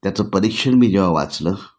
त्याचं परीक्षण मी जेव्हा वाचलं